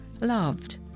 loved